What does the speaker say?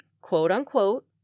quote-unquote